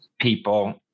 people